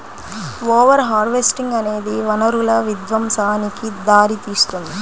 over harvesting అనేది వనరుల విధ్వంసానికి దారితీస్తుంది